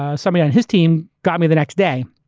ah somebody on his team, got me the next day.